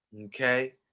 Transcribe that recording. okay